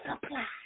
supply